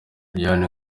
liliane